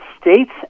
states